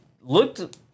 looked